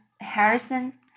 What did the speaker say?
Harrison